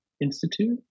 Institute